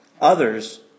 Others